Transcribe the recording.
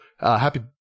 happy